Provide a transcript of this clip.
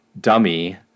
dummy